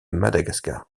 madagascar